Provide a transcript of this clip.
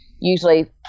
usually